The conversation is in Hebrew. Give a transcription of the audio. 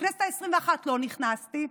לכנסת העשרים-ואחת לא נכנסתי,